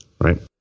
right